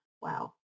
Wow